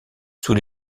sous